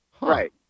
right